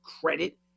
credit